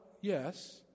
yes